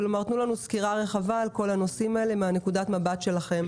תנו לנו סקירה רחבה על כל הנושאים האלה מנקודת המבט שלכם.